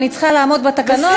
אני צריכה לעמוד בתקנון.